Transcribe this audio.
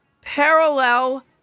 parallel